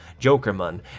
Jokerman